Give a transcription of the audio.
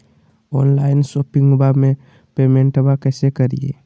Online शोपिंगबा में पेमेंटबा कैसे करिए?